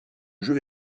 jeu